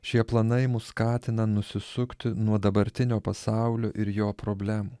šie planai mus skatina nusisukti nuo dabartinio pasaulio ir jo problemų